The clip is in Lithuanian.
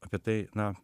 apie tai na